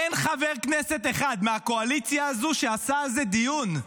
אין חבר כנסת אחד מהקואליציה הזאת שעשה על זה דיון,